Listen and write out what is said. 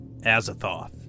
Azathoth